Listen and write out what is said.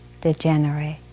degenerate